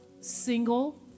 single